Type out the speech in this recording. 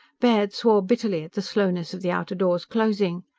baird swore bitterly at the slowness of the outer door's closing.